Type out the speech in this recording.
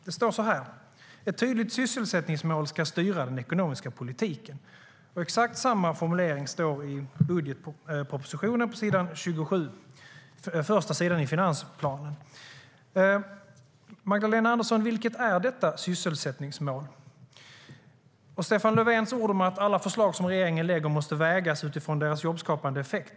Det står så här: "Ett tydligt sysselsättningsmål ska styra den ekonomiska politiken." Exakt samma formulering finns i budgetpropositionen på s. 27. Det är första sidan i finansplanen. Magdalena Andersson, vilket är detta sysselsättningsmål? Stefan Löfvens ord var att alla förslag som regeringen lägger fram måste vägas utifrån sin jobbskapande effekt.